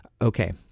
okay